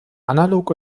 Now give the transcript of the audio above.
analog